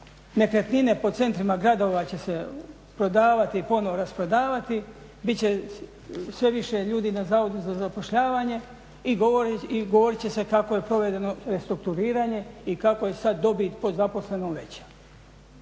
nekretnine po centrima gradova će se prodavati, ponovo rasprodavati, bit će sve više ljudi na zavodu za zapošljavanje i govorit će se kako je provedeno restrukturiranje i kako je sada dobit … veća.